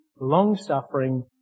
long-suffering